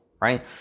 right